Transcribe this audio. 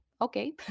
Okay